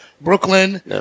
Brooklyn